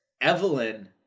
Evelyn